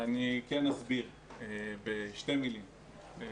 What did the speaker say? אני כן אסביר בשתי מילים.